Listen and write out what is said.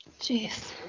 Jeez